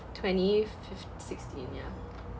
twenty fift~ sixteen yeah